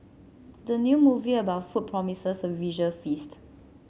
the new movie about food promises a visual feast